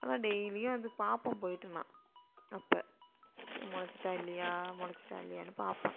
ஆனால் டெய்லியும் அது பார்ப்பேன் போய்விட்டு நான் அப்போ மொளைச்சிட்டா இல்லையா மொளைச்சிட்டா இல்லையான்னு பார்ப்பேன்